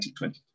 2022